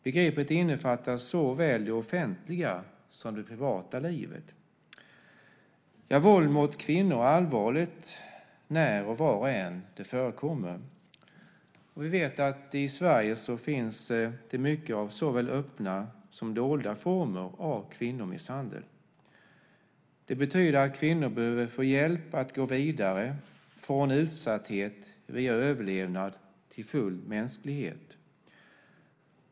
Begreppet innefattar såväl det offentliga som det privata livet. Våld mot kvinnor är allvarligt när och var det än förekommer. Och vi vet att det i Sverige finns mycket av såväl öppna som dolda former av kvinnomisshandel. Det betyder att kvinnor behöver få hjälp att gå vidare från utsatthet, via överlevnad till full mänsklighet.